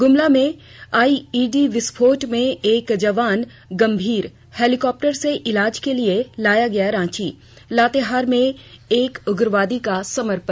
गुमला में आईईडी विस्फोट में एक जवान गंभीर हेलीकॉप्टर से इलाज के लिए लाया गया रांची लातेहार में एक उग्रवादी का समर्पण